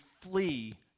flee